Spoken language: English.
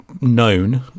known